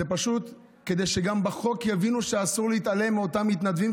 זה פשוט כדי שגם בחוק יבינו שאסור להתעלם מאותם המתנדבים,